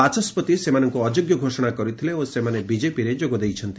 ବାଚସ୍କତି ସେମାନଙ୍କୁ ଅଯୋଗ୍ୟ ଘୋଷଣା କରିଥିଲେ ଓ ସେମାନେ ବିଜେପିରେ ଯୋଗ ଦେଇଛନ୍ତି